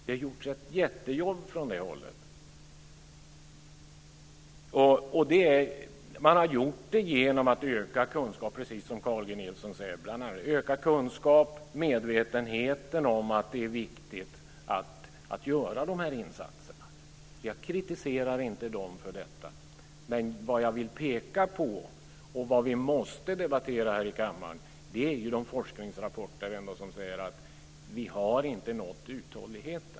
Det har gjorts ett jättejobb från det hållet. Man har, precis som Carl G Nilsson säger, gjort det genom att öka kunskapen och medvetenheten om att det är viktigt att göra de här insatserna. Jag kritiserar dem inte för detta. Vad jag vill peka på, och vad vi måste debattera här i kammaren, är de forskningsrapporter som ändå säger att vi inte har nått uthållighet.